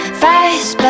fast